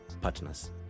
partners